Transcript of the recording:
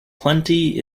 plenty